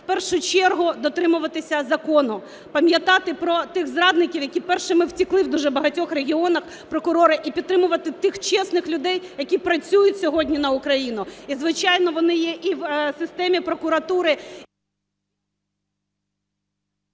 в першу чергу дотримуватися закону, пам'ятати про тих зрадників, які першими втекли в дуже багатьох регіонах, прокурори, і підтримувати тих чесних людей, які працюють сьогодні на Україну. І, звичайно, вони є і в системі прокуратури…